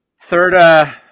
Third